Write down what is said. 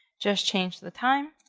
just change the time,